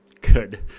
Good